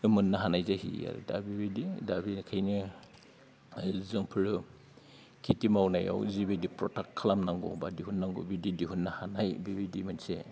मोननो हानाय जाहैयो आरो दा बिबायदि दा बेखायनो जोंफोरो खिथि मावनायाव जिबायदि प्रडाक्ट खालामनांगौ बा दिहुननांगौ बिदि दिहुननो हानाय बेबायदि मोनसे